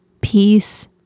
peace